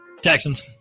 Texans